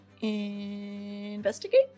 investigate